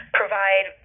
provide